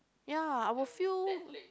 ya I will feel